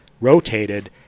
rotated